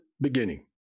beginning